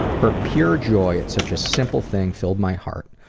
her pure joy at such a simple thing filled my heart.